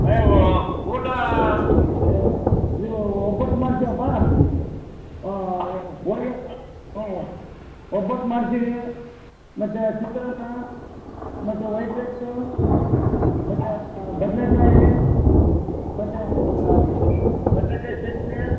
ಅರೇ ಓ ಊಟ ಇದು ಒಬ್ಬಟ್ಟು ಮಾಡಿಸೀವಪ್ಪಾ ಹೋಳ್ಗೆ ಒಬ್ಬಟ್ಟು ಮಾಡ್ತೀವಿ ಮತ್ತು ಚಿತ್ರಾನ್ನ ಮತ್ತು ವೈಟ್ ರೈಸು ಮತ್ತು ಬದನೆಕಾಯಿ ಮತ್ತು ಬದ್ನೆಕಾಯಿ ಚಟ್ನಿ